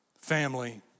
family